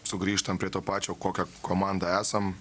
sugrįžtam prie to pačio kokia komanda esam